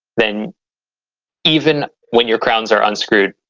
then even when your crowns are unscrewed,